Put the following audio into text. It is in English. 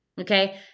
Okay